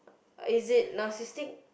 is it narcisstic